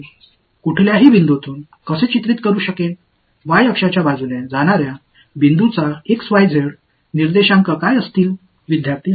இந்த புள்ளிகளில் ஏதேனும் ஒன்றை நான் எவ்வாறு வகைப்படுத்துவேன் y அச்சுடன் செல்லும் ஒரு புள்ளியின் எதிரெதிர் x y z கோஆா்டினேட்ஸ் என்னவாக இருக்கும்